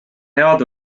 head